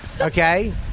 Okay